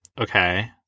okay